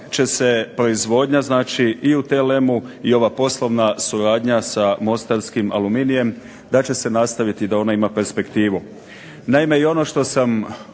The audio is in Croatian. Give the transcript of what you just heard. će se proizvodnja znači i u TLM-u i ova poslovna suradnja sa mostarskim Aluminijem da će se nastaviti i da ona ima perspektivu. Naime, i ono što sam